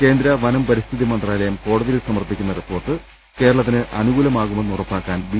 കേന്ദ്ര വനം പരിസ്ഥിതി മന്ത്രാലയം കോടതിയിൽ സമർപ്പിക്കുന്ന റിപ്പോർട്ട് കേരളത്തിന് അനുകൂലമാവുമെന്ന് ഉറപ്പാക്കാൻ ബി